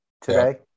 today